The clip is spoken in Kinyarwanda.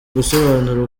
gusobanura